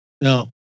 No